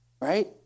Right